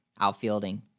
Outfielding